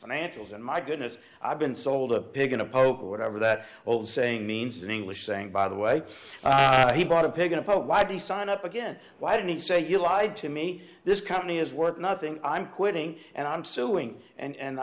financials and my goodness i've been sold a begin to poke or whatever that old saying means in english saying by the way he bought a pig in a pub why the sign up again why didn't he say you lied to me this company is worth nothing i'm quitting and i'm suing and